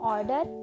Order